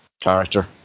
character